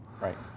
Right